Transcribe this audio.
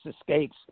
Escapes